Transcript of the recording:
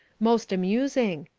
most amusing.